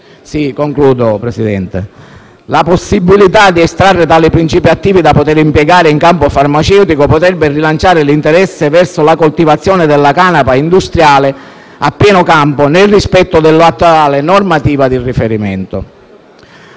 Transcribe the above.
da materiale grezzo. La possibilità di estrarre tali principi attivi da poter impiegare in campo farmaceutico potrebbe rilanciare l'interesse verso la coltivazione della canapa industriale a pieno campo, nel rispetto della attuale normativa di riferimento